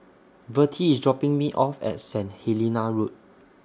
Vertie IS dropping Me off At Saint Helena Road